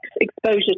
exposure